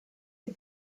had